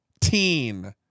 teen